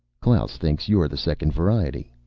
klaus thinks you're the second variety,